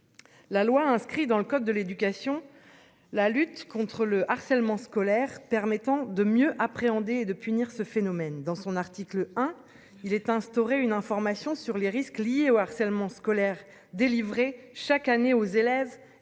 La loi, inscrit dans le code de l'éducation, la lutte contre le harcèlement scolaire permettant de mieux appréhender de punir ce phénomène dans son article hein il est instauré une information sur les risques liés au harcèlement scolaire délivrées chaque année aux élèves